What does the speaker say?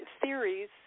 theories